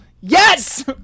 Yes